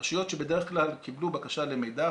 רשויות שבדרך כלל קיבלו בקשה למידע,